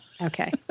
Okay